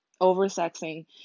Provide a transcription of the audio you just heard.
Oversexing